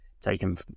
taken